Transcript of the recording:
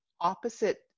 opposite